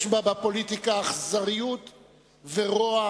יש בפוליטיקה אכזריות ורוע,